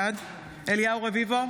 בעד אליהו רביבו,